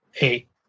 eight